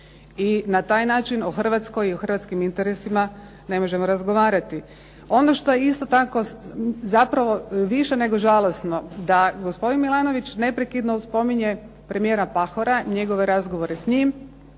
I na taj način o Hrvatskoj i o hrvatskim interesima ne možemo razgovarati. Ono što je isto tako zapravo više nego žalosno, da gospodin Milanović neprekidno spominje premijera Pahora, njegove razgovore s njim,